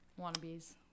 wannabes